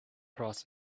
cross